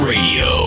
Radio